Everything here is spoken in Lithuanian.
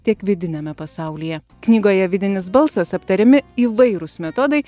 tiek vidiniame pasaulyje knygoje vidinis balsas aptariami įvairūs metodai